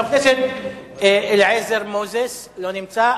חבר הכנסת אליעזר מוזס, לא נמצא.